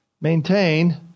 Maintain